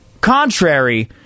contrary